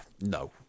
No